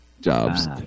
Jobs